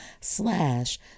slash